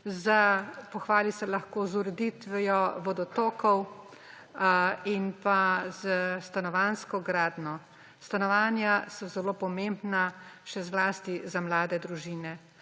Pohvali se lahko z ureditvijo vodotokov in s stanovanjsko gradnjo. Stanovanja so zelo pomembna, še zlasti za mlade družine.